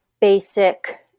basic